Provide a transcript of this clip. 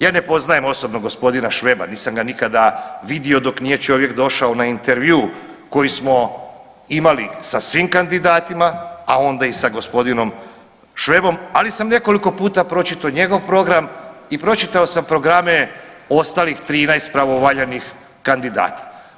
Ja ne poznajem osobno g. Šveba, nisam ga nikada vidio dok nije čovjek došao na intervju koji smo imali sa svim kandidatima, a onda i sa g. Švebom, ali sam nekoliko puta pročitao njegov program i pročitao sam programe ostalih 13 pravovaljanih kandidata.